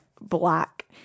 Black